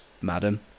madam